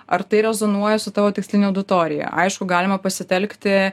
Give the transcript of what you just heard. ar tai rezonuoja su tavo tikslinė auditorija aišku galima pasitelkti